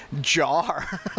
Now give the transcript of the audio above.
jar